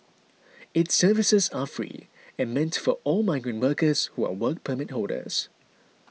its services are free and meant for all migrant workers who are Work Permit holders